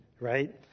right